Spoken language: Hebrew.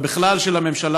ובכלל של הממשלה,